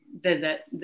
visit